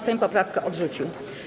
Sejm poprawkę odrzucił.